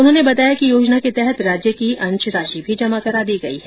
उन्होंने बताया कि योजना के तहत राज्य की अंश राशि भी जमा करा दी गई है